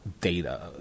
Data